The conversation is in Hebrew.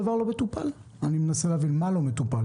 אני מנסה להבין מה לא מטופל?